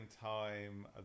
time